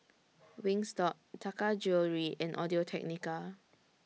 Wingstop Taka Jewelry and Audio Technica